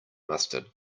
mustard